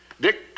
Dick